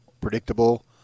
predictable